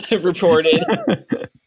reported